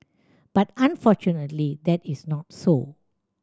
but unfortunately that is not so